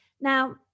Now